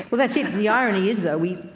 well that's it, the irony is though, we.